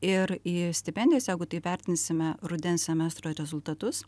ir į stipendijas jeigu taip vertinsime rudens semestro rezultatus